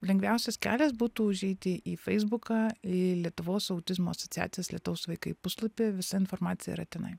lengviausias kelias būtų užeiti į feisbuką į lietuvos autizmo asociacijos lietaus vaikai puslapį visa informacija yra tenai